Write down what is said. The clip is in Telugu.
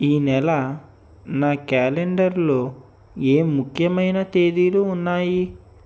ఈ నెల నా క్యాలెండర్లో ఏ ముఖ్యమైన తేదీలు ఉన్నాయి